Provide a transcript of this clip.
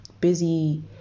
busy